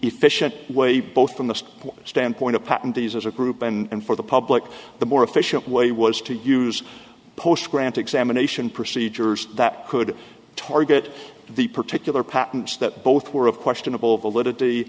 efficient way both from the standpoint of patent these as a group and for the public the more efficient way was to use post grant examination procedures that could target the particular patents that both were of questionable validity